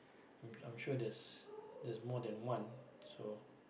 I'm I'm sure there's there's more than one so